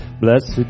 Blessed